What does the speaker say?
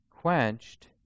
quenched